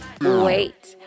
Wait